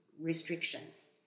restrictions